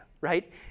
right